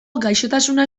gaixotasuna